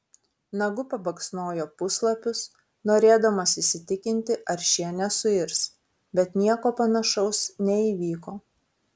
nagu pabaksnojo puslapius norėdamas įsitikinti ar šie nesuirs bet nieko panašaus neįvyko